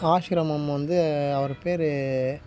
ஆஷ்ரமம் வந்து அவர் பேர்